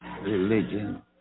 Religion